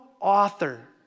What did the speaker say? author